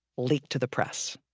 leaked to the press.